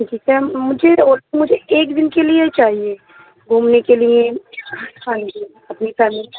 دیکھئے مجھے مجھے ایک دِن کے لیے ہی چاہئے گھومنے کے لیے ہاں جی اپنی کار میں